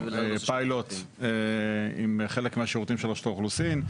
פיילוט עם חלק מהשירותים של רשות האוכלוסין.